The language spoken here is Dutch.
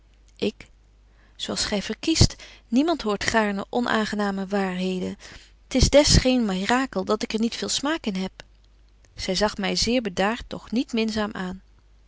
ik zo als gy verkiest niemand hoort gaarne onaangename waarheden t is des geen mirakel dat ik er niet veel smaak in heb zy zag my zeer bedaart doch niet minzaam aan